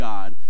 God